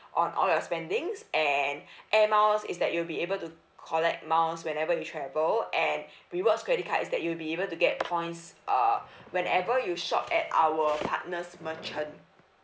on all your spendings and air miles is that you'll be able to collect miles whenever you travel and rewards credit card is that you'll be able to get points uh whenever you shop at our partners merchant